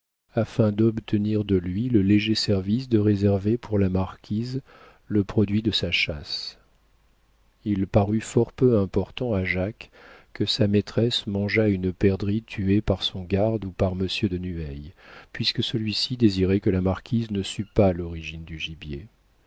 afin d'obtenir de lui le léger service de réserver pour la marquise le produit de sa chasse il parut fort peu important à jacques que sa maîtresse mangeât une perdrix tuée par son garde ou par monsieur de nueil puisque celui-ci désirait que la marquise ne sût pas l'origine du gibier